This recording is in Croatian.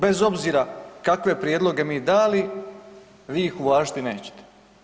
Bez obzira kakve prijedloge mi dali, vi ih uvažiti nećete.